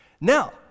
Now